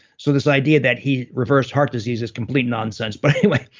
so this idea that he reversed heart disease is complete nonsense, but anyway.